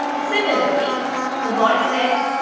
similarly the boy said,